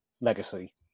legacy